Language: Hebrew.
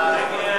מי נגד?